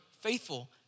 faithful